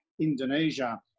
Indonesia